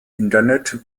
internet